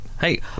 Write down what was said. hey